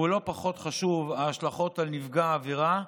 ולא פחות חשוב ההשלכות על נפגע העבירה,